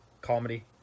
comedy